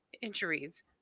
injuries